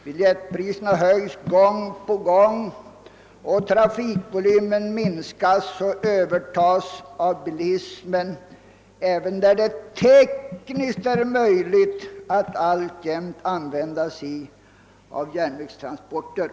Bil jettpriserna höjs gång på gång, och trafikvolymen minskas och övertas av bilismen även där det tekniskt är möjligt att alltjämt använda järnvägstransporter.